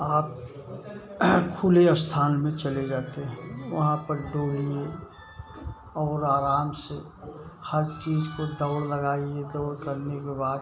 आप खुले स्थान में चले जाते हैं वहाँ पर दौड़िए और आराम से हर चीज़ को दौड़ लगाइए दौड़ करने के बाद